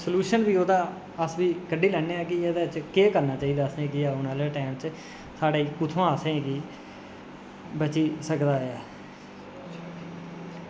solution बी एह्दा अस कड्ढी लैने आं की एह्दे च केह् करना चाहिदा की असें की औने आह्ले टैम च साढ़े कुत्थुआं असेंगी बची सकदा ऐ